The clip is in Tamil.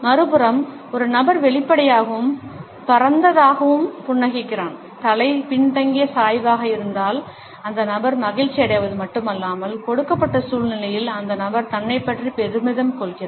மறுபுறம் ஒரு நபர் வெளிப்படையாகவும் பரந்ததாகவும் புன்னகைக்கிறான் தலை பின்தங்கிய சாய்வாக இருந்தால் அந்த நபர் மகிழ்ச்சியடைவது மட்டுமல்லாமல் கொடுக்கப்பட்ட சூழ்நிலையில் அந்த நபர் தன்னைப் பற்றி பெருமிதம் கொள்கிறார்